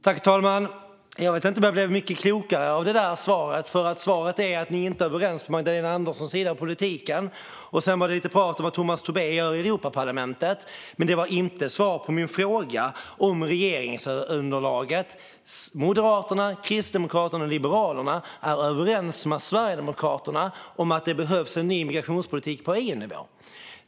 Herr talman! Jag vet inte om jag blev så mycket klokare av det där svaret. Svaret var att de inte är överens på Magdalena Anderssons sida i politiken. Sedan var det lite tal om vad Tomas Tobé gör i Europaparlamentet. Men det var inget svar på min fråga om regeringsunderlaget - Moderaterna, Kristdemokraterna och Liberalerna - är överens med Sverigedemokraterna om att det behövs en ny migrationspolitik på EU-nivå.